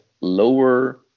lower